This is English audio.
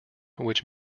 which